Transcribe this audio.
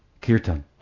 Kirtan